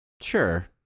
Sure